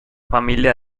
familia